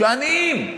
שנים,